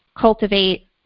cultivate